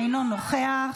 אינו נוכח.